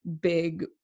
big